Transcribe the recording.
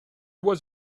was